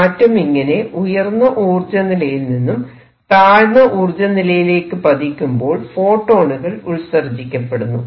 atom ഇങ്ങനെ ഉയർന്ന ഊർജ്ജനിലയിൽ നിന്നും താഴ്ന്ന ഊർജ്ജനിലയിലേക്ക് പതിക്കുമ്പോൾ ഫോട്ടോണുകൾ ഉത്സർജിക്കപ്പെടുന്നു